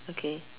okay